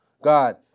God